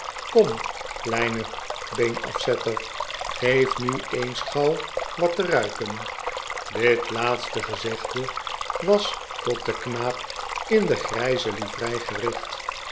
kom kleine beenafzetter geef nu eens gauw wat te ruiken dit laatste gezegde was tot den knaap in de grijze livrei